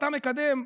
אתה מקדם,